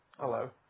Hello